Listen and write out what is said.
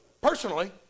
personally